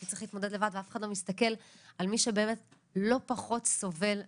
צריך להתמודד לבד ואף אחד לא מסתכל על מי שבאמת לא פחות סובל ומתמודד.